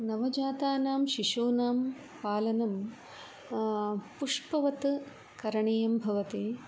नवजातानां शिशूनां पालनं पुष्पवत् करणीयं भवति